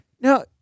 now